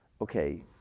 Okay